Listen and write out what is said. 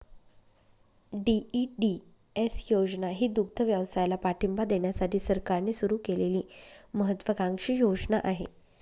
DEDS योजना ही दुग्धव्यवसायाला पाठिंबा देण्यासाठी सरकारने सुरू केलेली महत्त्वाकांक्षी योजना आहे